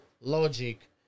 logic